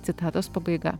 citatos pabaiga